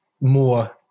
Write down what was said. more